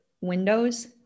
windows